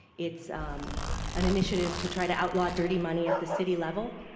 it's an initiative to try to outlaw dirty money at the city level.